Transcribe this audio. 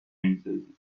میسازیم